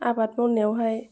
आबाद मावनायावहाय